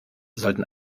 sollten